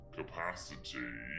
capacity